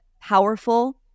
powerful